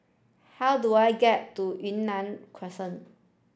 how do I get to Yunnan Crescent